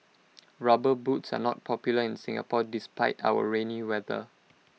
rubber boots are not popular in Singapore despite our rainy weather